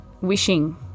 wishing